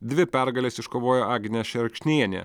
dvi pergales iškovojo agnė šerkšnienė